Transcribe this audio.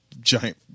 giant